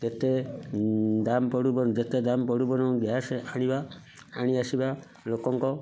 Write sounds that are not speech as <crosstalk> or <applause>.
ଯେତେ ଦାମ ପଡ଼ୁ <unintelligible> ଯେତେ ଦାମ ପଡ଼ୁ ବରଂ ଗ୍ୟାସ ଆଣିବା ଆଣି ଆସିବା ଲୋକଙ୍କ